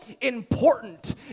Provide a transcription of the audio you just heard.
important